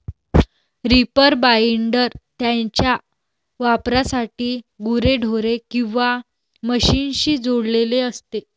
reaper binder त्याच्या वापरासाठी गुरेढोरे किंवा मशीनशी जोडलेले असते